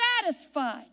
satisfied